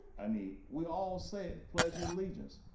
i mean, we all say the pledge of allegiance